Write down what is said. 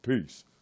Peace